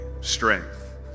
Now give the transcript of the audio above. strength